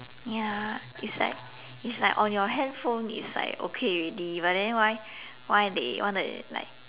ya is like is like on your hand phone is like okay already but then why why they want to like